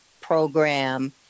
program